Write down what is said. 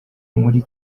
muri